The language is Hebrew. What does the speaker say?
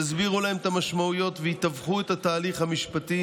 יסבירו להן את המשמעויות ויתווכו את התהליך המשפטי